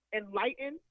enlighten